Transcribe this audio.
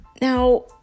Now